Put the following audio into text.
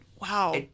wow